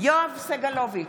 יואב סגלוביץ'